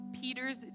peter's